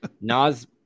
Nas